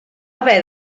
haver